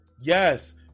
yes